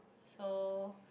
so